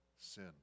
sin